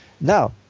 Now